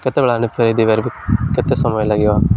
କେତେବେଳେ ଆଣି ଫେରେଇ ଦେବେ କେତେ ସମୟ ଲାଗିବ